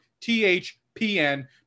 THPN